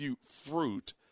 fruit